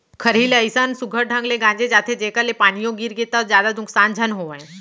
खरही ल अइसन सुग्घर ढंग ले गांजे जाथे जेकर ले पानियो गिरगे त जादा नुकसान झन होवय